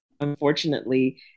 unfortunately